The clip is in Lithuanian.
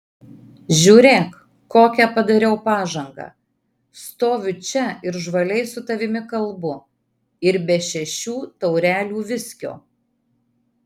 žiūrėk kokią padariau pažangą stoviu čia ir žvaliai su tavimi kalbu ir be šešių taurelių viskio